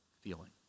feeling